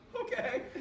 okay